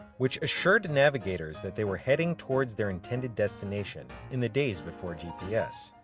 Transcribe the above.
which assured navigators that they were heading towards their intended destination in the days before gps.